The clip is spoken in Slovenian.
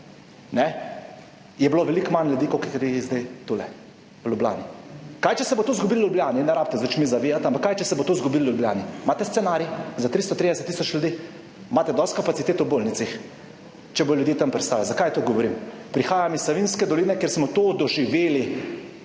je bilo veliko manj ljudi, kot gre zdaj tule, v Ljubljani. Kaj, če se bo to zgodilo v Ljubljani, ne rabite z očmi zavijati, ampak kaj, če se bo to zgodilo v Ljubljani? Imate scenarij za 330 tisoč ljudi? Imate dosti kapacitet v bolnicah, če bodo ljudje tam pristajali. Zakaj to govorim? Prihajam iz Savinjske doline, kjer smo to doživeli.